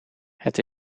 het